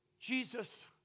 Jesus